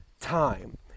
time